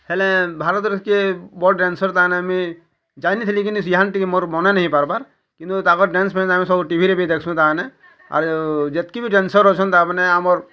ହେଲେ ଭାରତରେ କିଏ ବଡ଼ ଡ୍ୟାନ୍ସର୍ ତାଙ୍କ ନାଁ ବି ଯାଇ ନ ଥିଲି ଇୟାହାନ୍ ଟିକେ ମୋର ମନେ ନେହି ନା ପାର୍ବାର୍ କିନ୍ତୁ ତାଙ୍କର ଡ୍ୟାନ୍ସ ଫ୍ୟାନ୍ସ ଆମେ ସବୁ ଟିଭିରେ ବି ଦେଖ୍ସୁଁ ତାନେ ଆରୁ ଯେତ୍କି ବି ଡ୍ୟାନ୍ସର୍ ଅଛନ୍ ତାମାନେ ଆମର୍